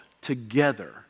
together